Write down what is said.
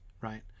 right